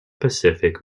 pacific